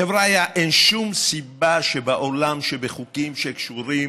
חבריא, אין שום סיבה בעולם שבחוקים שקשורים